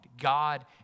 God